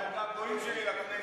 זה הגעגועים שלי לכנסת.